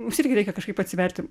mums irgi reikia kažkaip atsiverti